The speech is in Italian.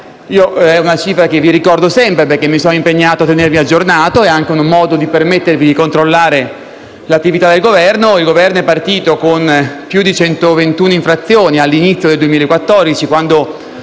È una cifra che ricordo sempre essendomi impegnato a tenervi aggiornati perché è un modo per permettervi di controllare l'attività dell'Esecutivo: il Governo è partito con più di 121 infrazioni all'inizio del 2014, quando